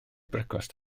brecwast